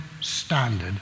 standard